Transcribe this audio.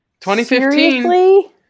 2015